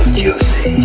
juicy